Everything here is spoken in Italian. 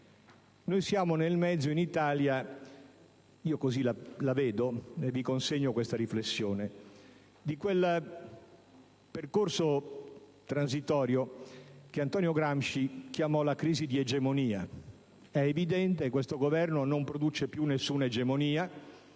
questa riflessione - di quel percorso transitorio che Antonio Gramsci chiamò crisi di egemonia. È evidente che questo Governo non produce più nessuna egemonia